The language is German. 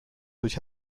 durch